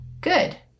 good